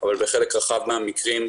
אבל בחלק רחב מהמקרים,